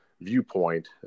viewpoint